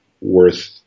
worth